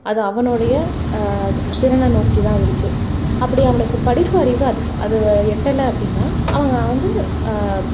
அது அவனுடைய திறனை நோக்கி தான் இருக்குது அப்படி அவனுக்கு படிப்பறிவு அதுக்கு அது எட்டலை அப்படின்னா அவன் வந்து